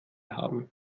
haben